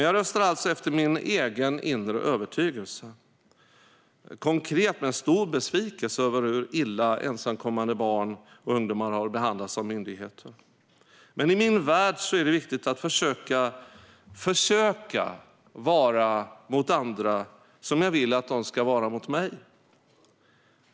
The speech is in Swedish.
Jag röstar alltså efter min egen inre övertygelse och utifrån en stor besvikelse över hur illa dessa ensamkommande barn och ungdomar har behandlats av myndigheterna. I min värld är det viktigt att försöka vara mot andra som jag vill att de ska vara mot mig.